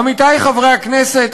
עמיתי חברי הכנסת,